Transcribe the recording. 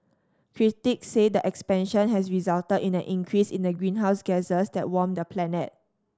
critics say the expansion has resulted in an increase in the greenhouse gases that warm the planet